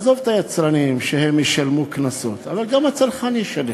עזוב את היצרנים שישלמו קנסות, אבל גם הצרכן ישלם.